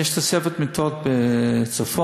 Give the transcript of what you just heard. יש תוספת מיטות בצפון,